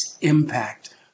impact